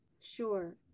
Sure